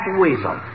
weasel